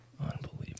Unbelievable